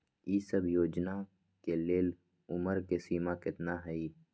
ई सब योजना के लेल उमर के सीमा केतना हई?